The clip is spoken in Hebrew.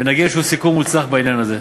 ונגיע לאיזה סיכום מוצלח בעניין הזה.